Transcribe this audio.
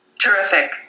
Terrific